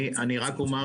אני רק אגיד